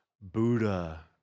Buddha